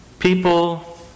People